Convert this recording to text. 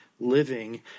Living